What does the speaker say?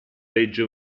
legge